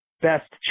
best